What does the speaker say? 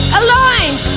aligned